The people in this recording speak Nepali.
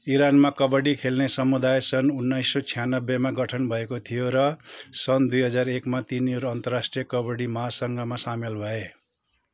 इरानमा कबड्डी खेल्ने समुदाय सन् उन्नाइस सय छ्यानब्बेमा गठन भएको थियो र सन् दुई हजार एकमा तिनीहरू अन्तराष्ट्रिय कबड्डी महासङ्घमा सामेल भए